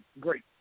great